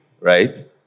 right